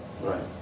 right